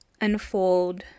unfold